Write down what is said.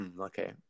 okay